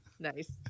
Nice